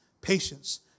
patience